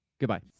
Goodbye